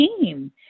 team